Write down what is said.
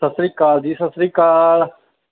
ਸਤਿ ਸ਼੍ਰੀ ਅਕਾਲ ਜੀ ਸਤਿ ਸ਼੍ਰੀ ਅਕਾਲ